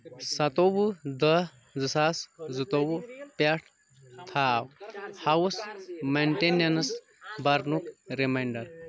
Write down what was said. سَتووُہ دہ زٕ ساس زٕتووُہ پٮ۪ٹھ تھاو ہاوُس مینٛٹینَنس برنُک ریمنانڑر